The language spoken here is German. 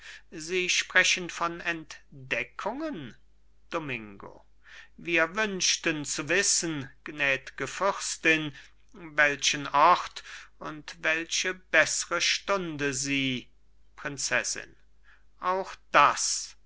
sie sprechen von entdeckungen domingo wir wünschten zu wissen gnädge fürstin welchen ort und welche beßre stunde sie prinzessin auch das